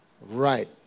Right